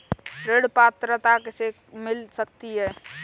ऋण पात्रता किसे किसे मिल सकती है?